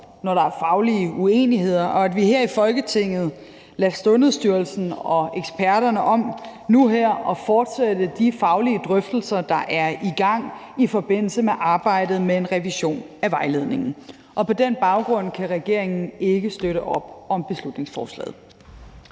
når der er faglige uenigheder, og at vi her i Folketinget nu lader Sundhedsstyrelsen og eksperterne om at fortsætte de faglige drøftelser, der er i gang i forbindelse med arbejdet med en revision af vejledningen. På den baggrund kan regeringen ikke støtte op om beslutningsforslaget.